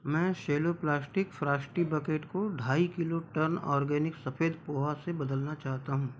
मैं Cello plastic frosty bucket को ढाई किलो टन ऑर्गेनिक सफ़ेद पोहा से बदलना चाहता हूँ